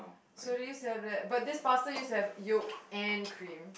so this to have that but this pasta used to have yolk and cream